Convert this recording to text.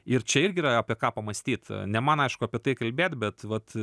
ir čia irgi yra apie ką pamąstyt ne man aišku apie tai kalbėt bet vat